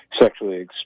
sexually